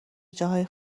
جاهای